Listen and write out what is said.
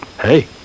hey